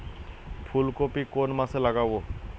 ফুলকপি কোন মাসে লাগাবো?